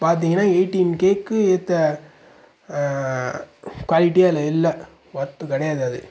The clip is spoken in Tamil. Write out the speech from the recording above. பார்த்திங்கனா எய்ட்டின் கேவுக்கு ஏற்ற குவாலிட்டியே அதில் இல்லை ஒர்த்து கிடையாது அது